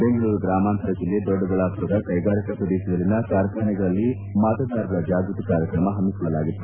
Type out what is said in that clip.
ಬೆಂಗಳೂರು ಗ್ರಾಮಾಂತರ ಜೆಲ್ಲೆ ದೊಡ್ಡಬಳ್ಳಾಪುರದ ಕೈಗಾರಿಕಾ ಪ್ರದೇಶದಲ್ಲಿನ ಕಾರ್ಖಾನೆಗಳಲ್ಲಿ ಮತದಾರರ ಜಾಗೃತಿ ಕಾರ್ಯಕ್ರಮ ಹಮ್ಮಿಕೊಳ್ಳಲಾಗಿತ್ತು